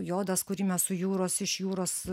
jodas kurį mes su jūros iš jūros